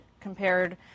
compared